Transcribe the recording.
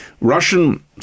Russian